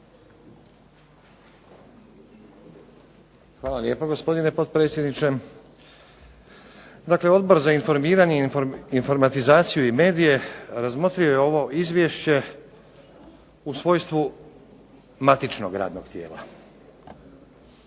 Hvala lijepo gospodine potpredsjedniče. Dakle, Odbor za informiranje, informatizaciju i medije razmotrio je ovo izvješće u svojstvu matičnog radnog tijela.